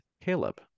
Caleb